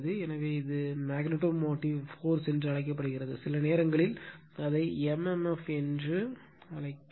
எனவே இது magnetomotive force என்று அழைக்கப்படுகிறது சில நேரங்களில் அதை m m f என்று அழைக்கப்படுகிறது